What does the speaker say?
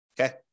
Okay